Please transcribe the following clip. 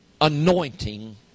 anointing